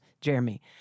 Jeremy